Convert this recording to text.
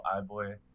iBoy